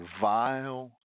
vile